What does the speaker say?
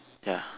ya